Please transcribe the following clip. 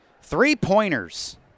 Three-pointers